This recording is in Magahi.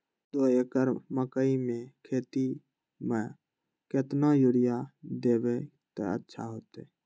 दो एकड़ मकई के खेती म केतना यूरिया देब त अच्छा होतई?